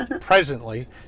presently